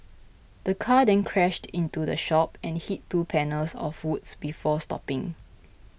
the car then crashed into the shop and hit two panels of woods before stopping